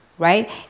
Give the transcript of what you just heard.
Right